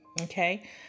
Okay